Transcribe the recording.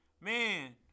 Man